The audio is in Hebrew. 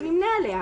שמעתי אותו.